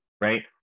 right